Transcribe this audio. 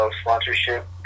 sponsorship